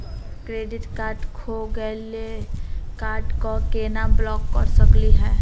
Credit card खो गैली, card क केना ब्लॉक कर सकली हे?